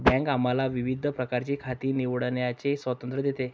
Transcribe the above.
bank आम्हाला विविध प्रकारची खाती निवडण्याचे स्वातंत्र्य देते